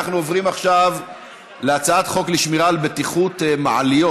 אנחנו עוברים עכשיו להצעת חוק לשמירה על בטיחות מעליות,